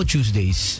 Tuesdays